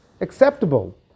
acceptable